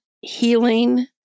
healing